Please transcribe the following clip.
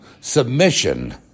submission